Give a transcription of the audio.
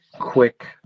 quick